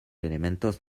elementos